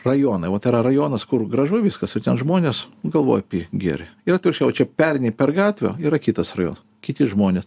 rajonai vat yra rajonas kur gražu viskas ir ten žmonės galvoja apie gėrį ir atvirkščiai va čia pereini per gatvę yra kitas rajonas kiti žmonės